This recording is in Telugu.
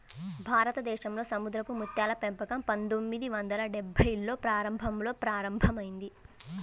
భారతదేశంలో సముద్రపు ముత్యాల పెంపకం పందొమ్మిది వందల డెభ్భైల్లో ప్రారంభంలో ప్రారంభమైంది